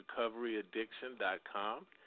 recoveryaddiction.com